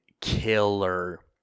killer